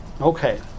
Okay